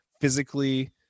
physically